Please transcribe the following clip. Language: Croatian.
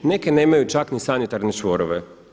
Neke nemaju čak ni sanitarne čvorove.